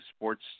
sports